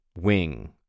wing